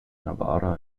navarra